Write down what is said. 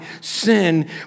sin